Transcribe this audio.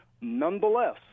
Nonetheless